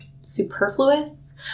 superfluous